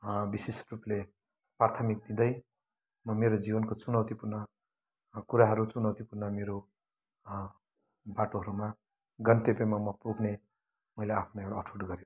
विशेषरूपले प्राथमिकता दिँदै म मेरो जीवनको चुनौतीपूर्ण कुराहरू चुनौतीपूर्ण मेरो बाटोहरूमा गन्तव्यमा म पुग्ने मैले आफ्नो एउटा अठोट गरेको छु